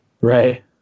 Right